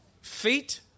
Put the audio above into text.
feet